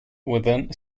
within